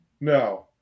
No